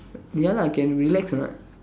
ya lah can relax right